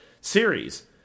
series